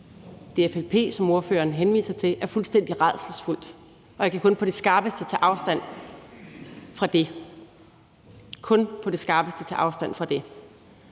DFLP, som ordføreren henviser til, er fuldstændig rædselsfuldt, og jeg kan kun på det skarpeste tage afstand fra det – kan kun på det skarpeste tage afstand fra det.